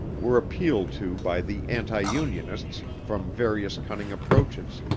were appealed to by the anti-unionists from various cunning approaches,